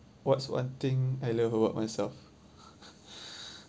what's one thing I love about myself